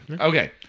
Okay